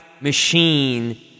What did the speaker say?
machine